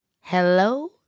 Hello